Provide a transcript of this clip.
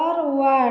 forward